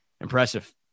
Impressive